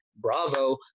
Bravo